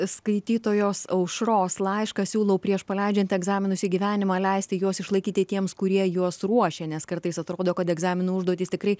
skaitytojos aušros laiškas siūlau prieš paleidžiant egzaminus į gyvenimą leisti juos išlaikyti tiems kurie juos ruošia nes kartais atrodo kad egzamino užduotys tikrai